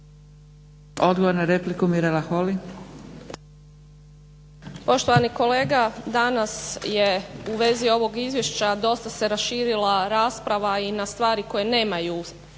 Holy. **Holy, Mirela (SDP)** Poštovani kolega danas je u vezi ovog izvješća dosta se raširila rasprava i na stvari koje nemaju